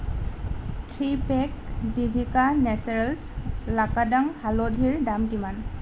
three pack Jivika naturals Lakadong হালধিৰ দাম কিমান